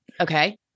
Okay